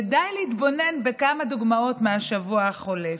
ודי להתבונן בכמה דוגמאות מהשבוע החולף: